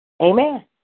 amen